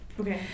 Okay